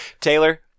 Taylor